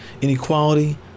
inequality